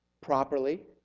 properly